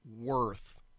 worth